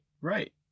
Right